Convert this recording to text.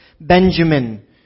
Benjamin